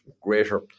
greater